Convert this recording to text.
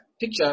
picture